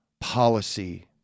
policy